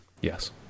Yes